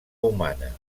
humana